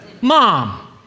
Mom